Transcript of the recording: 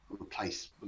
replace